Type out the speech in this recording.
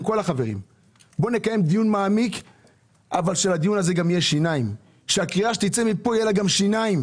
בוא נקיים דיון מעמיק כך שלקריאה שתצא מפה יהיו שיניים